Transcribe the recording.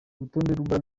urutonde